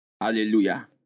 Hallelujah